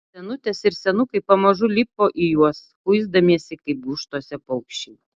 senutės ir senukai pamažu lipo į juos kuisdamiesi kaip gūžtose paukščiai